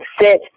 sit